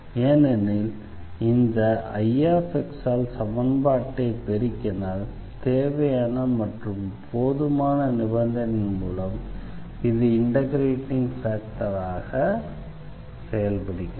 ஏனெனில் இந்த Ix ஆல் சமன்பாட்டை பெருக்கினால் தேவையான மற்றும் போதுமான நிபந்தனையின் மூலம் இது இண்டெக்ரேட்டிங் ஃபேக்டராக செயல்படுகிறது